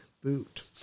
boot